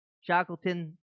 Shackleton